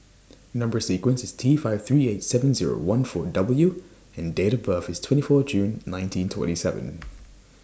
Number sequence IS T five three eight seven Zero one four W and Date of birth IS twenty four June nineteen twenty seven